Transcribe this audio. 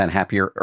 Happier